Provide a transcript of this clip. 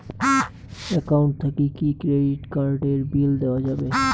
Account থাকি কি credit card এর বিল দেওয়া যাবে?